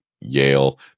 yale